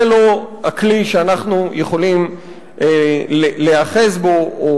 זה לא הכלי שאנחנו יכולים להיאחז בו או